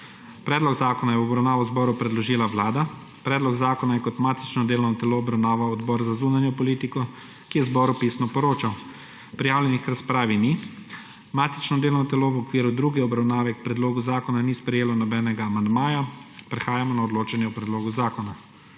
Predlog zakona je v obravnavo zboru predložila Vlada. Predlog zakona je kot matično delovno telo obravnaval Odbor za zunanjo politiko, ki je zboru pisno poročal. Prijavljenih k razpravi ni. Matično delovno telo v okviru druge obravnave k predlogu zakona ni sprejelo nobenega amandmaja. Prehajamo na odločanje o predlogu zakona.